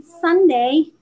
Sunday